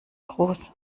groß